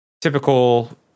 Typical